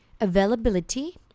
availability